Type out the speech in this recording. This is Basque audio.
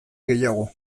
gehiago